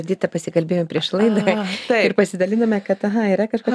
edita pasikalbėjom prieš laidą ir pasidalinome kad aha yra kažkas